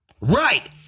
Right